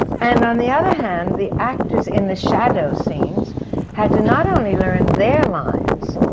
and on the other hand, the actors in the shadow scene had to not only learn their lines,